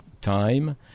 time